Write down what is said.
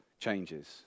changes